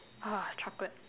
ah chocolate